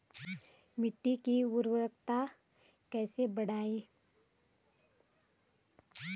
मिट्टी की उर्वरकता कैसे बढ़ायें?